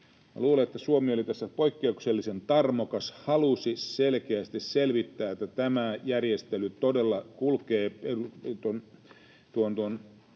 Luulen, että Suomi oli tässä poikkeuksellisen tarmokas, halusi selkeästi selvittää, että tämä järjestely todella kulkee Euroopan